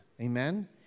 Amen